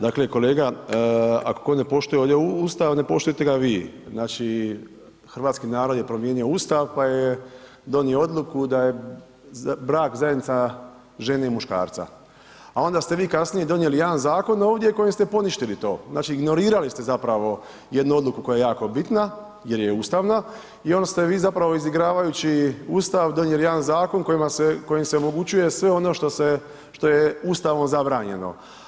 Dakle, kolega ako tko ne poštuje ovdje Ustav ne poštujete ga vi, znači hrvatski narod je promijenio Ustav pa je donio odluku da je brak zajednica žene i muškarca, a onda ste vi kasnije donijeli jedan zakon ovdje kojim ste poništili to, znači ignorirali ste zapravo jednu odluku koja je jako bitna jer je ustavna i onda ste vi zapravo izigravajući Ustav donijeli jedan zakon kojim se omogućuje sve ono što je Ustavom zabranjeno.